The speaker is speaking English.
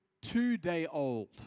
two-day-old